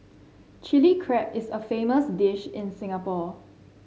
Chilli Crab is a famous dish in Singapore